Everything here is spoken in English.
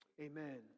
amen